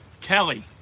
Kelly